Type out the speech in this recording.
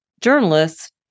journalists